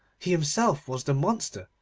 he himself was the monster,